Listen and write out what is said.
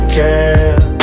girl